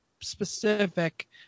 specific